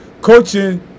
coaching